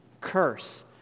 curse